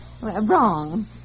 wrong